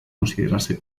considerarse